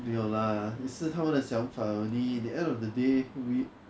没有 lah 是他们的想法 only the end of the day we